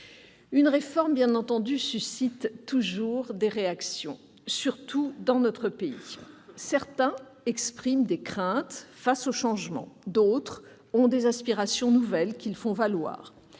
Une réforme, bien entendu, suscite toujours des réactions, surtout dans notre pays. Certains expriment des craintes face au changement ; d'autres ont des aspirations nouvelles, qu'ils font valoir.